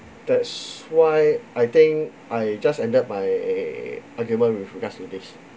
that's why I think I just ended my uh argument with regards to this